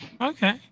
Okay